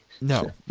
No